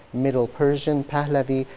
middle persian, pahlavi,